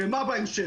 מה בהמשך